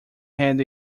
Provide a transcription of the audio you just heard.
had